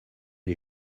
les